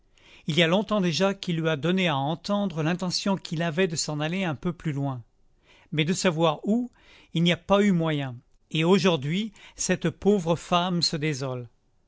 il y a longtemps déjà qu'il lui a donné à entendre l'intention qu'il avait de s'en aller un peu plus loin mais de savoir où il n'y a pas eu moyen et aujourd'hui cette pauvre femme se désole